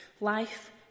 life